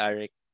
Eric